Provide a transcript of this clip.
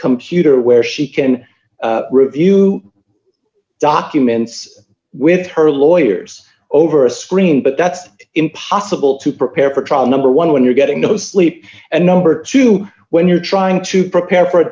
computer where she can review documents with her lawyers over a screen but that's impossible to prepare for trial number one when you're getting no sleep and number two when you're trying to prepare for